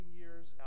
years